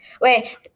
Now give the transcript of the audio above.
Wait